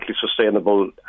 sustainable